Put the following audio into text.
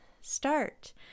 start